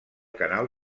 canal